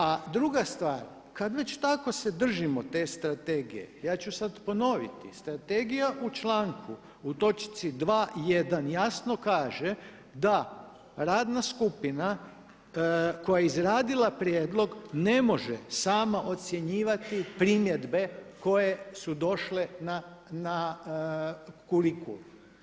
A druga stvar, kad već tako se držimo te Strategije ja ću sad ponoviti Strategija u članku u točci 2.1 jasno kaže da radna skupina koja je izradila prijedlog ne može sama ocjenjivati primjedbe koje su došle na kurikul.